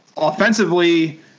offensively